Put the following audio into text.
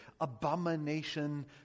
abomination